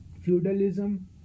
feudalism